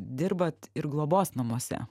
dirbat ir globos namuose